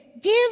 Give